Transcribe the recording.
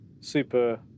super